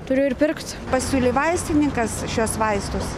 turiu ir pirkt pasiūlė vaistininkas šiuos vaistus